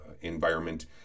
environment